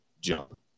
jump